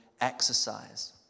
exercise